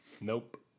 nope